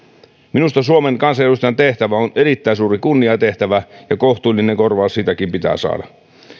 minusta suomen kansanedustajan tehtävä on erittäin suuri kunniatehtävä ja kohtuullinen korvaus siitäkin pitää saada